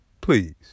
Please